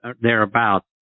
thereabouts